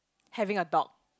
having a dog